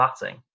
batting